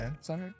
Sorry